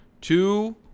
two